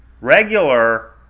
regular